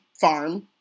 farm